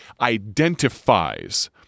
identifies